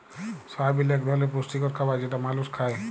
সয়াবিল এক ধরলের পুষ্টিকর খাবার যেটা মালুস খায়